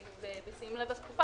בשים לב לתקופה,